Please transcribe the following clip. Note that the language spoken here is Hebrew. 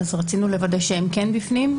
רצינו לוודא שהן בפנים.